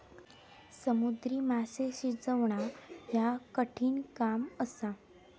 समुद्री माशे शिजवणा ह्या कठिण काम असा